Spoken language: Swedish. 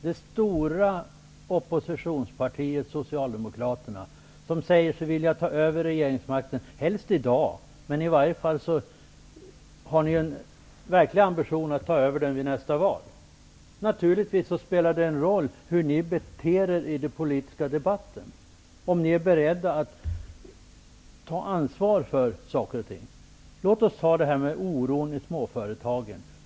Det stora oppositionspartiet Socialdemokraterna säger sig vilja ta över regeringsmakten -- helst i dag, men med den verkliga ambitionen att göra det efter nästa val -- och det spelar naturligtvis en roll hur ni beter er i den politiska debatten och om ni är beredda att ta ansvar. Låt oss ta oron i småföretagen som exempel.